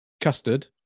custard